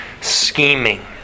scheming